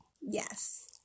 Yes